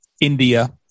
India